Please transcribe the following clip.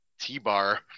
T-Bar